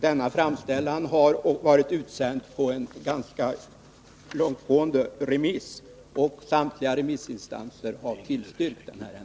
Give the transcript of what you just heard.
Denna framställning har varit ute på en ganska långtgående remiss, och samtliga remissinstanser har tillstyrkt den.